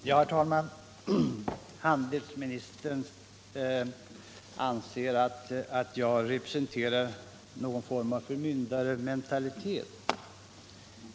Herr talman! Handelsministern anser att jag representerar någon form av förmyndarmentalitet.